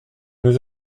nous